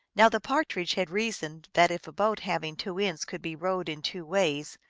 now the partridge had reasoned that if a boat having two ends could be rowed in two ways,